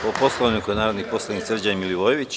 Po Poslovniku, reč ima narodni poslanik Srđan Milivojević.